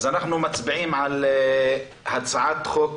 אז אנחנו מצביעים על הצעת חוק